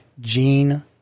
Gene